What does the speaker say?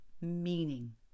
meaning